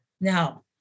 Now